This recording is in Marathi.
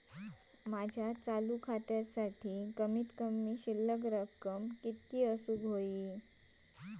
माझ्या चालू खात्यासाठी कमित कमी शिल्लक कितक्या असूक होया?